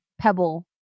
pebble